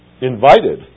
Invited